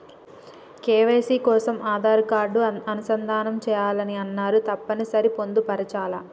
KYC కోసం Aadhaar card అనుసంధానం చేయాలని అన్నరు తప్పని సరి పొందుపరచాలా?